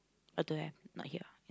how to have not here